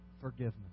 forgiveness